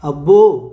అబ్బో